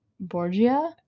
Borgia